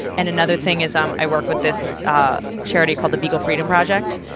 and another thing is um i work with this charity called the beagle freedom project.